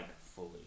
fully